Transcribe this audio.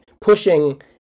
pushing